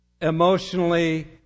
emotionally